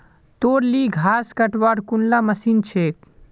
तोर ली घास कटवार कुनला मशीन छेक